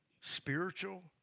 spiritual